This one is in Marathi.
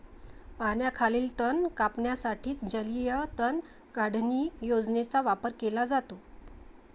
पाण्याखालील तण कापण्यासाठी जलीय तण काढणी यंत्राचा वापर केला जातो